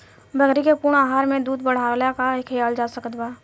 बकरी के पूर्ण आहार में दूध बढ़ावेला का खिआवल जा सकत बा?